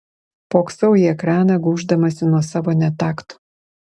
spoksau į ekraną gūždamasi nuo savo netakto